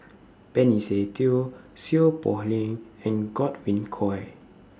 Benny Se Teo Seow Poh Leng and Godwin Koay